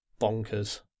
bonkers